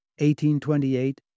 1828